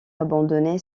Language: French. abandonner